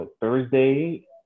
Thursday